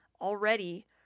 Already